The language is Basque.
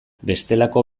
bestelako